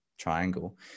triangle